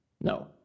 No